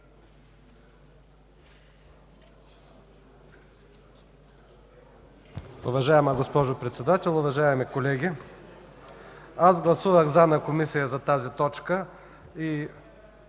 Уважаема госпожо Председател, уважаеми колеги! Гласувах „за” в Комисията за тази точка и